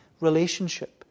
relationship